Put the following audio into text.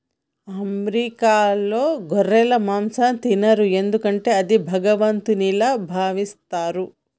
అమెరికాలో గొర్రె మాంసం తినరు ఎందుకంటే అది భగవంతుల్లా భావిస్తారు